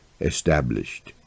established